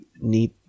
need